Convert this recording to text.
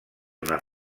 una